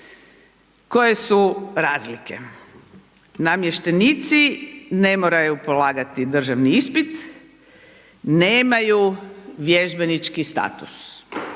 koje su razlike? Namještenici ne moraju polagati državni ispit, nemaju vježbenički status,